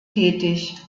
tätig